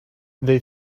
they